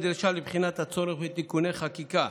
לבחינת הצורך בתיקוני חקיקה